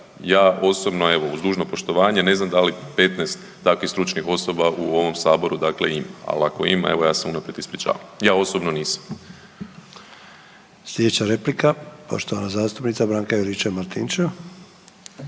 Ja osobno evo uz dužno poštovanje ne znam da li 15 takvih stručnih osoba u ovom saboru dakle ima, ali ako ima evo ja se unaprijed ispričavam. Ja osobno nisam. **Sanader, Ante (HDZ)** Slijedeća replika poštovana zastupnica Branka Juričev Martinčev.